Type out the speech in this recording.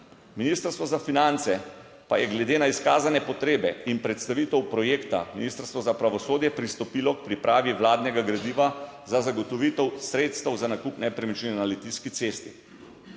Ministrstvo za finance pa je glede na izkazane potrebe in predstavitev projekta Ministrstvo za pravosodje pristopilo k pripravi vladnega gradiva za zagotovitev sredstev za nakup nepremičnine na Litijski cesti.